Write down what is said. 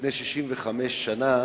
לפני 65 שנה